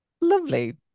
Lovely